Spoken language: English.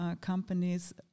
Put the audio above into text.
companies